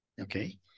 Okay